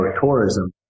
tourism